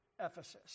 Ephesus